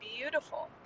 beautiful